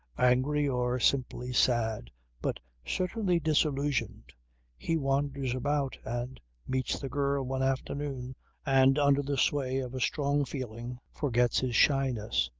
angry or simply sad but certainly disillusioned he wanders about and meets the girl one afternoon and under the sway of a strong feeling forgets his shyness.